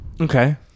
Okay